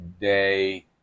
day